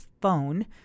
phone